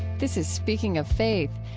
this is speaking of faith.